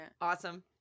Awesome